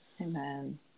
Amen